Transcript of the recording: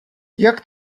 jak